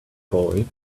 boy